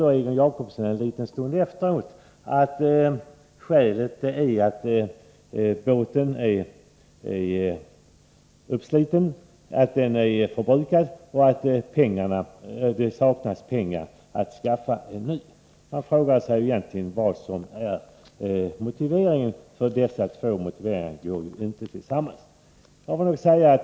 En liten stund senare säger Egon Jacobsson att skälet till indragningen är att båten är nedsliten och att det saknas pengar till att anskaffa en ny. Man frågar sig vilken motivering som gäller, för de två skäl som anförts är inte förenliga.